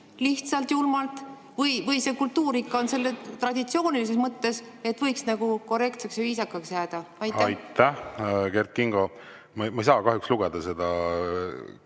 paduvaletamine või see kultuur on traditsioonilises mõttes, et võiks nagu korrektseks ja viisakaks jääda? Aitäh! Kert Kingo, ma ei saa kahjuks lugeda seda